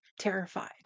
terrified